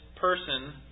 person